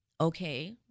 Okay